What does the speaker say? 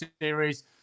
series